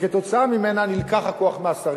שבגללה נלקח הכוח מהשרים.